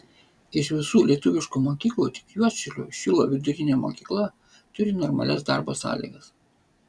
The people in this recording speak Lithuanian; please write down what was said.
iš visų lietuviškų mokyklų tik juodšilių šilo vidurinė mokykla turi normalias darbo sąlygas